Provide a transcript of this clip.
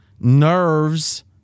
nerves